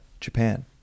japan